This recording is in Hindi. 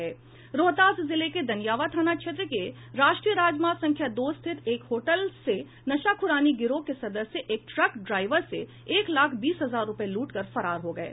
रोहतास जिले के दनियावां थाना क्षेत्र के राष्ट्रीय राजमार्ग संख्या दो स्थित एक होटल से नशाखुरानी गिरोह के सदस्य एक ट्रक ड्राईवर से एक लाख बीस हजार रुपये लूटकर फरार हो गये